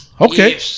Okay